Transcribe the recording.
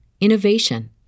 innovation